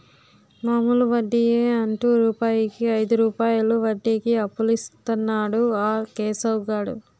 మామూలు వడ్డియే అంటు రూపాయికు ఐదు రూపాయలు వడ్డీకి అప్పులిస్తన్నాడు ఆ కేశవ్ గాడు